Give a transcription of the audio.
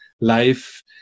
life